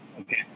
okay